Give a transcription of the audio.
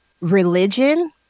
religion